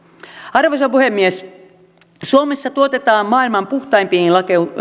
arvoisa puhemies suomessa tuotetaan maailman puhtaimpiin